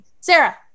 Sarah